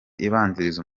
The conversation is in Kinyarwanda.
ibanziriza